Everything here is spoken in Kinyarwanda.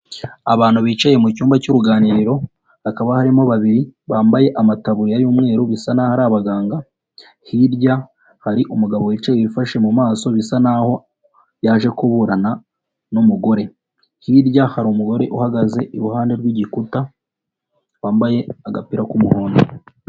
Abantu bicaye mu cyumba cy'uruganiriro, hakaba harimo babiri bambaye amataburiya y'umweru, bisa naho hari abaganga, hirya hari umugabo wicaye wifashe mu maso, bisa naho yaje kuburana n'umugore, hirya hari umugore uhagaze iruhande rw'igikuta, wambaye agapira k'umuhondo.